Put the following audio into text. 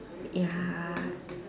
ya